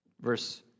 Verse